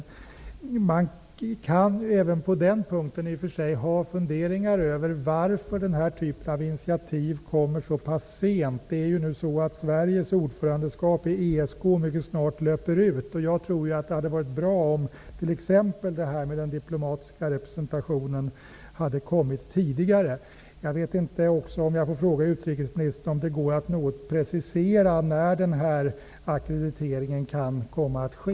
Även på den punkten kan man i och för sig ha funderingar över varför den här typen av initiativ kommer så pass sent. Sveriges ordförandeskap i ESK löper ut mycket snart. Jag tror att det hade varit bra om t.ex. den diplomatiska representationen hade kommit till stånd tidigare. Jag undrar om utrikesministern något kan precisera när ackrediteringen kan komma att ske.